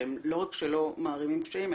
והם לא רק שלא מערימים קשיים,